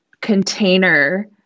container